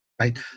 right